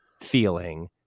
feeling